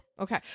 okay